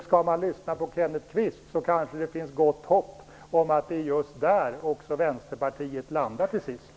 När man lyssnar på Kenneth Kvist får man också intrycket att man kanske kan ha gott hopp om att även Vänsterpartiet till sist kommer att landa just där.